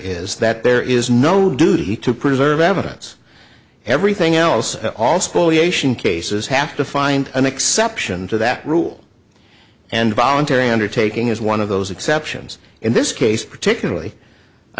is that there is no duty to preserve evidence everything else all spoliation cases have to find an exception to that rule and voluntary undertaking is one of those exceptions in this case particularly i